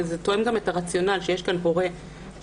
זה תואם את הרציונל שיש כאן הורה שנפגע,